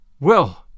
Well